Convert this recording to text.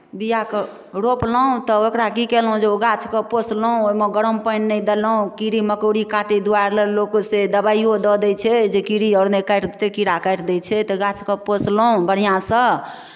बीआ कऽ रोपलहुँ तऽ ओकरा की कयलहुँ जे ओ गाछके पोसलहुँ ओहिमे गरम पानि नहि देलहुँ कीड़ी मकोड़ी काटय दुआरे लोकसँ दबाइयो दऽ दै छै जे कीड़ी आओर नहि काटि देतै कीड़ा काटि दै छै तऽ गाछके पोसलहुँ बढ़िआँसँ